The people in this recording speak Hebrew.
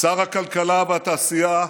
שר הכלכלה והתעשייה,